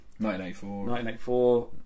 1984